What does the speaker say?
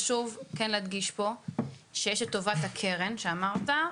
שוב להדגיש פה שיש את טובת הקרן שאמרת,